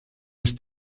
ist